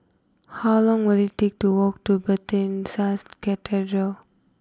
how long will it take to walk to Bethesda Cathedral